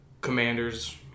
commanders